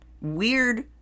weird